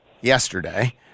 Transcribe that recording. yesterday